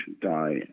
die